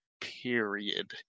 period